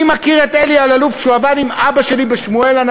אני מכיר את אלי אלאלוף מאז שהוא עבד עם אבא שלי בשמואל-הנביא,